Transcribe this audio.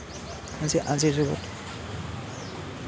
আজিৰ আজিৰ যুগত